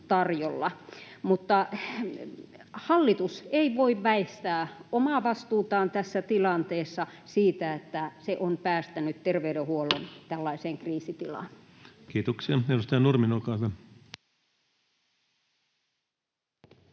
mutta hallitus ei voi väistää omaa vastuutaan tässä tilanteessa siitä, että se on päästänyt terveydenhuollon tällaiseen kriisitilaan. Kiitoksia. — Edustaja Nurminen, olkaa hyvä.